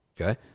okay